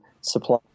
supply